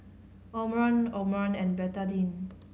Omron Omron and Betadine